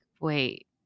wait